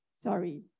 Sorry